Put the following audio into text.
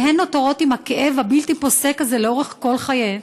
והן נותרות עם הכאב הבלתי-פוסק הזה לאורך כל חייהן,